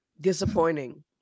disappointing